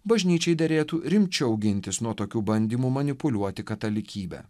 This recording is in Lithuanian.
bažnyčiai derėtų rimčiau gintis nuo tokių bandymų manipuliuoti katalikybę